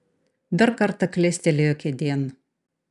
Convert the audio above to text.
dar kartą klestelėjo kėdėn